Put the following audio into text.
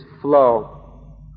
flow